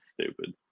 stupid